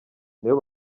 nibo